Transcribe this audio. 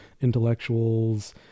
intellectuals